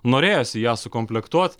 norėjosi ją sukomplektuot